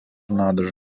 nádrž